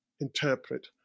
interpret